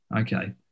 okay